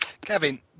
kevin